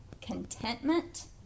contentment